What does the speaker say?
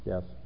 Yes